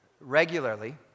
Regularly